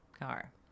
car